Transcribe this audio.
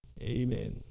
Amen